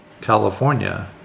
California